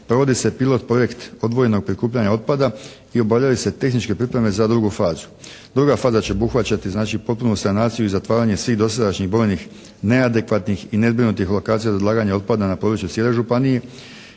Provodi se pilot projekt odvojenog prikupljanja otpada i obavljaju se tehničke pripreme za drugu fazu. Druga faza će obuhvaćati znači potpunu sanaciju i zatvaranje svih dosadašnjih brojnih neadekvatnih i nezbrinutih lokacija za odlaganje otpada na području cijele županije.